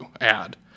add